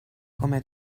come